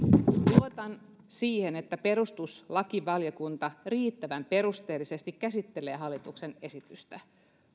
luotan siihen että perustuslakivaliokunta riittävän perusteellisesti käsittelee hallituksen esitystä